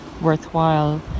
worthwhile